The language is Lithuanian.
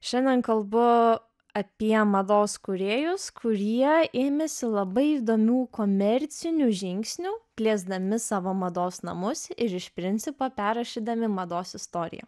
šiandien kalbu apie mados kūrėjus kurie ėmėsi labai įdomių komercinių žingsnių plėsdami savo mados namus ir iš principo perrašydami mados istoriją